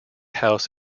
house